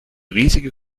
riesige